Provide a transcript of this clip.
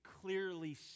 clearly